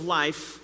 life